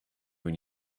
when